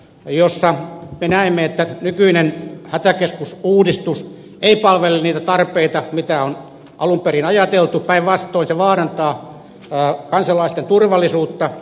me näemme että nykyinen hätäkeskusuudistus ei palvele niitä tarpeita mitä on alun perin ajateltu päinvastoin se vaarantaa kansalaisten turvallisuutta